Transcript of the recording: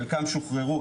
חלקם שוחררו,